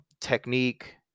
Technique